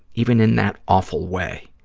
even in that awful way.